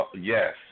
Yes